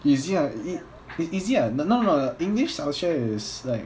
isn't it it it's easy ah no no english 小学 is like